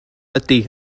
ydy